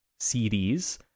CDs